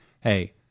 hey